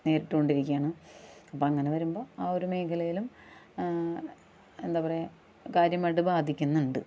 നേരിട്ട് കൊണ്ടിരിക്കുകയാണ് അപ്പം അങ്ങനെ വരുമ്പോൾ ആ ഒര് മേഖലയിലും എന്താ പറയുക കാര്യമായിട്ട് ബാധിക്കുന്നുണ്ട്